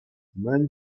мӗн